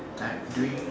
like during